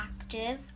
active